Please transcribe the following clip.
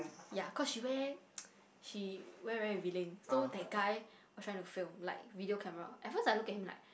ya cause she wear she wear very revealing so that guy was trying to film like video camera at first I look at him like